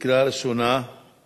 מי שרוצה ייכנס ויראה את הסיפור